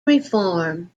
reform